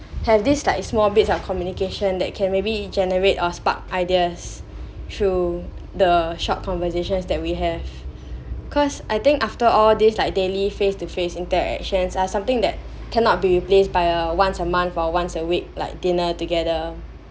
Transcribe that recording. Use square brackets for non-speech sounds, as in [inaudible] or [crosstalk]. has this like small bits of communication that can maybe generate us spark ideas through the short conversations that we have [breath] cause I think after all these like daily face to face interactions are something that cannot be replaced by a once a month or once a week like dinner together